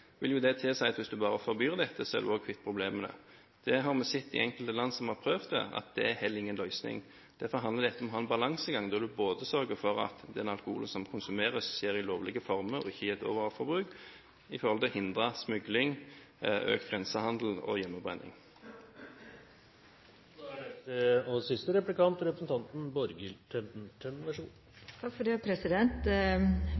vil jo tilsi at hvis en bare forbyr det, så er en også kvitt problemene. Vi har sett i enkelte land som har prøvd det, at det er heller ingen løsning. Derfor handler dette om å ha en balansegang, der en sørger for at den alkoholen som konsumeres, skjer i lovlige former – og ikke i et overforbruk – for å hindre smugling, økt grensehandel og hjemmebrenning. Fremskrittspartiet er i sin grunnholdning en sterk tilhenger av å bruke markedet aktivt for å oppnå ønskede resultater. På flere områder har Venstre og